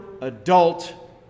adult